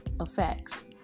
effects